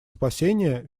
спасения